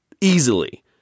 easily